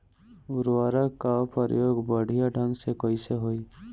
उर्वरक क प्रयोग बढ़िया ढंग से कईसे होई?